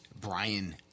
Brian